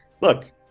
look